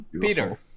Peter